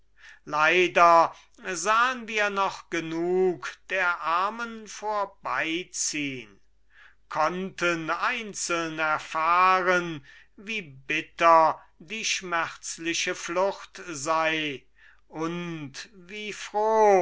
leider sahen wir noch genug der armen vorbeiziehn konnten einzeln erfahren wie bitter die schmerzliche flucht sei und wie froh